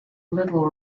little